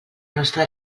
nostra